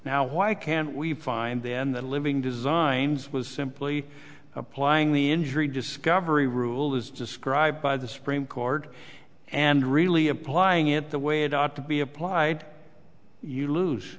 now why can't we find then the living designs was simply applying the injury discovery rule as described by the supreme court and really applying it the way it ought to be applied you lose